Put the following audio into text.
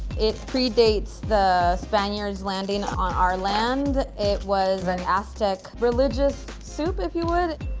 it predates the spaniards landing on our land. it was an aztec religious soup, if you would.